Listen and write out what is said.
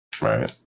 Right